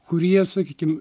kurie sakykim